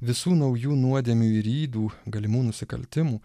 visų naujų nuodėmių ir ydų galimų nusikaltimų